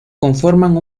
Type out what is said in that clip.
conforman